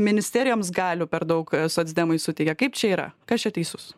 ministerijoms galių per daug socdemai suteikia kaip čia yra kas čia teisus